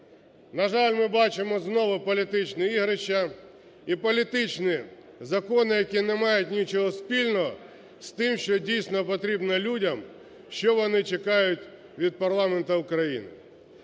На жаль, ми бачимо знову політичні ігрища і політичні законі, які не мають нічого спільно з тим, що дійсно потрібно людям, що вони чекають від парламенту України.